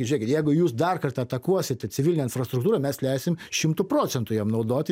žiūrėkit jeigu jūs dar kartą atakuosit civilinę infrastruktūrą mes leisim šimtu procentų jiem naudoti